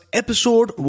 episode